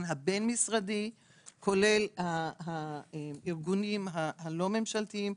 הבין משרדי של הארגונים הלא ממשלתיים,